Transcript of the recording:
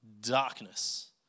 Darkness